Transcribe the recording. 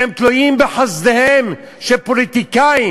שהם תלויים בחסדיהם של פוליטיקאים,